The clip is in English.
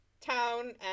town